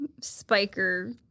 spiker